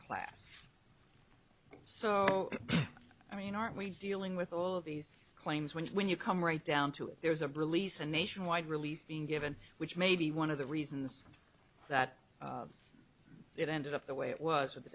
class so i mean aren't we dealing with all of these claims when when you come right down to it there is a relief a nationwide release being given which may be one of the reasons that it ended up the way it was in the